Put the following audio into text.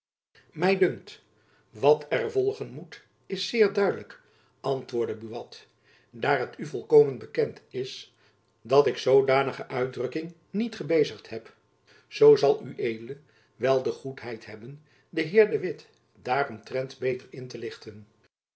my dunkt wat er volgen moet is zeer duidelijk antwoordde buat daar het u volkomen bekend is dat ik zoodanige uitdrukking niet gebezigd heb zoo zal ued wel de goedheid hebben den heer de witt daaromtrent beter in te lichten